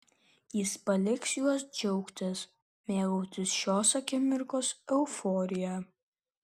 jis paliks juos džiaugtis mėgautis šios akimirkos euforija